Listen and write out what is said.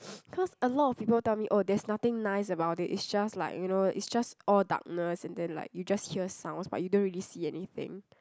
cause a lot of people tell me oh there's nothing nice about it it's just like you know it's just all darkness and then like you just hear sounds but you don't really see anything